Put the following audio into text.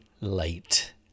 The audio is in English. late